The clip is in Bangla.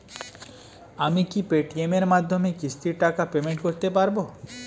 আমি কি পে টি.এম এর মাধ্যমে কিস্তির টাকা পেমেন্ট করতে পারব?